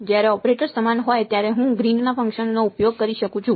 જ્યારે ઓપરેટર સમાન હોય ત્યારે હું ગ્રીનના ફંક્શનનો ઉપયોગ કરી શકું છું